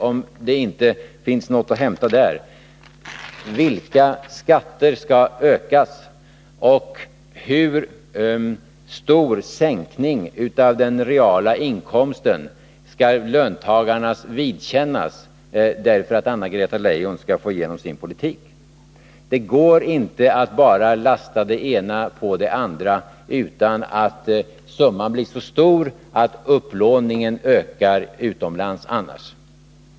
Om det inte finns något att hämta där, undrar jag: Vilka skatter skall ökas, och hur stor sänkning av den reala inkomsten skall löntagarna vidkännas därför att Anna-Greta Leijon skall få igenom sin politik? Det går inte att bara lasta det ena på det andra utan att summan blir så stor att upplåningen ökar utomlands.